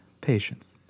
Patience